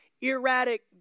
erratic